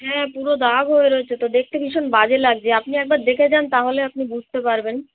হ্যাঁ পুরো দাগ হয়ে রয়েছে তো দেখতে ভীষণ বাজে লাগজে আপনি একবার দেখে যান তাহলে আপনি বুঝতে পারবেন